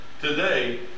today